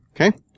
Okay